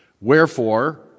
Wherefore